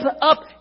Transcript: up